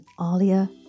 Alia